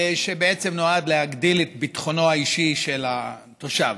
שבעצם נועד להגדיל את ביטחונו האישי של התושב.